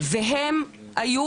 והם היו,